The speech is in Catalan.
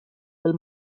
del